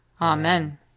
Amen